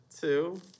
two